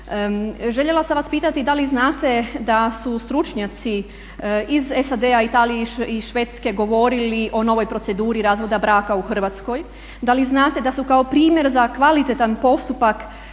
Željela sam vas pitati da li znate da su stručnjaci iz SAD-a, Italije i Švedske govorili o novoj proceduri razvoda braka u Hrvatskoj, da li znate da su kao primjer za kvalitetan postupak